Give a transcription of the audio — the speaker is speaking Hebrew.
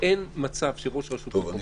ואין מצב שבו ראש רשות מקומית,